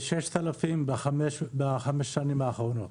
כ-6,000 בחמש השנים האחרונות.